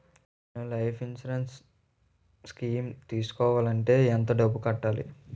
నేను life insurance scheme తీసుకోవాలంటే ఎంత డబ్బు కట్టాలి?